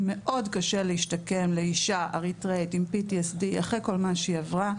מאוד קשה להשתקם לאישה אריתראית עם PTSD אחרי כל מה שהיא עברה,